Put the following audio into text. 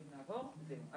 זהו,